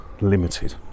Limited